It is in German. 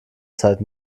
zeit